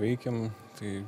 veikėm tai